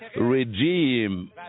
regime